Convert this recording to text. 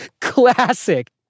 Classic